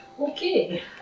Okay